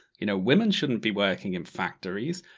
you know, women shouldn't be working in factories.